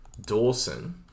Dawson